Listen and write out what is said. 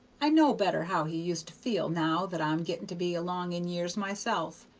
i know better how he used to feel now that i'm getting to be along in years myself,